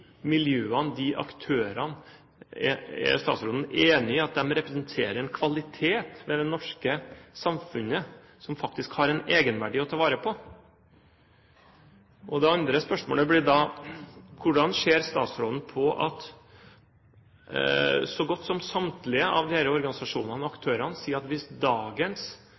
miljøene og de aktørene representerer en kvalitet ved det norske samfunnet som faktisk har en egenverdi som vi må ta vare på? Det andre spørsmålet blir da: Hvordan ser statsråden på at så godt som samtlige av disse organisasjonene og aktørene sier at hvis dagens